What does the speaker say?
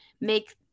make